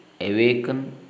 Awaken